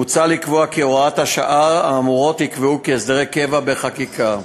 מוצע לקבוע כי הוראות השעה האמורות ייקבעו כהסדרי קבע בחקיקה.